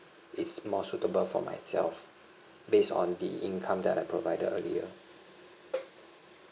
is more suitable for myself based on the income that I provided earlier right